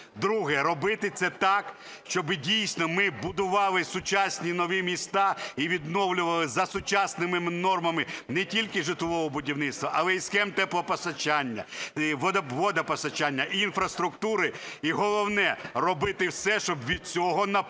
друге – робити це так, щоб дійсно ми будували сучасні нові міста і відновлювали за сучасними нормами не тільки житлового будівництва, але і схем теплопостачання, водопостачання, інфраструктури, і головне – робити все, щоб від цього наповнювався